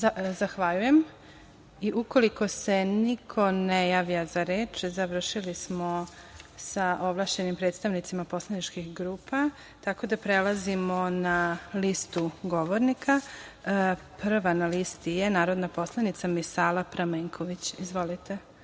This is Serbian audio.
Zahvaljujem. Ukoliko se niko ne javlja za reč, završili smo sa ovlašćenim predstavnicima poslaničkih grupa, tako da prelazimo na listu govornika. Prva na listi je narodna poslanica Misala Pramenković. Izvolite